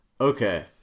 Okay